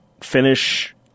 finish